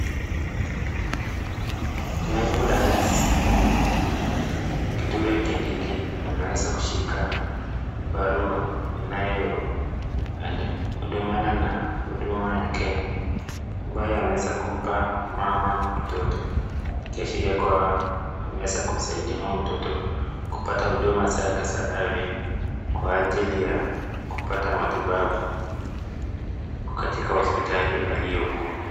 Naibu rais Kithure Kindiki ameweza kushika barua inayoandamana na huduma ya kenya ambayo ameweza kumpaa mama mtoto ikiashiria kuwa ameweza kumsaidia mtoto kupata huduma zake za afya kwa ajili ya kupata matibabu katika hospitali alioyokuwa.